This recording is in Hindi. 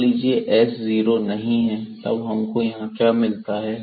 मान लीजिये s जीरो नहीं है तब हमको यहाँ क्या मिलता है